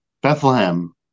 bethlehem